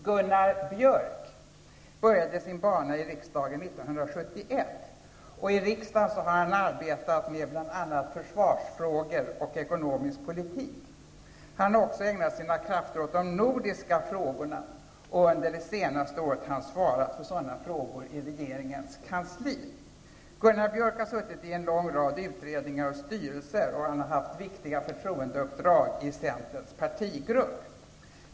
Gunnar Björk började sin bana i riksdagen 1971. I riksdagen har han arbetat med bl.a. försvarsfrågor och ekonomisk politik. Han har också ägnat sina krafter åt de nordiska frågorna och under det senaste året har han svarat för sådana frågor i regeringens kansli. Gunnar Björk har suttit i en lång rad utredningar och styrelser och han har haft viktiga förtroendeuppdrag i Centerns partigrupp.